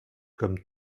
comme